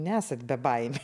nesat bebaimiai